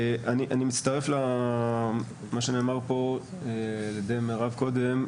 אני מצטרף למה שנאמר פה על ידי מירב קודם,